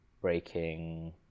breaking